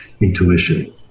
intuition